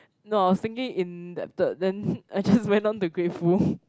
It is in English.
no stinking indebted then I just went in to grateful